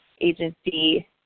agency